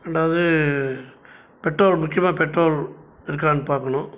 ரெண்டாவது பெட்ரோல் முக்கியமாக பெட்ரோல் இருக்கானு பார்க்கணும்